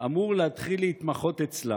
אמור להתחיל להתמחות אצלה.